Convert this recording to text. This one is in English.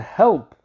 help